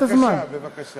אז תגיב עכשיו, תעצור אותו.